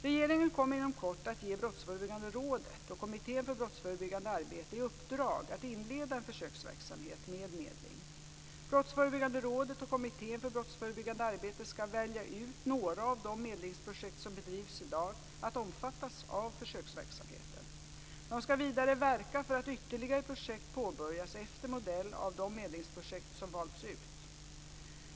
Regeringen kommer inom kort att ge Brottsförebyggande rådet och Kommittén för brottsförebyggande arbete i uppdrag att inleda en försöksverksamhet med medling. Brottsförebyggande rådet och Kommittén för brottsförebyggande arbete skall välja vilka av de medlingsprojekt som bedrivs i dag som skall omfattas av försöksverksamheten. De skall vidare verka för att ytterligare projekt påbörjas efter modell av de medlingsprojekt som valts ut.